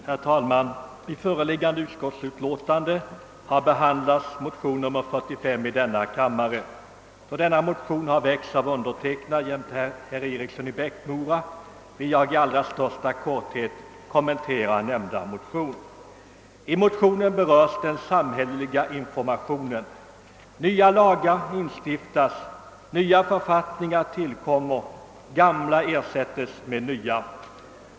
Herr talman! I föreliggande utskottsutlåtande behandlas bl.a. motion nr 45 i denna kammare. Då denna motion har väckts av herr Eriksson i Bäckmora och mig vill jag i allra största korthet kommentera den. I motionen berörs den samhälleliga informationen. Nya lagar stiftas, nya författningar tillkommer, gamla ersätts med nya.